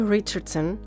Richardson